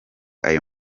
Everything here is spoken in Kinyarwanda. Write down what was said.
ayo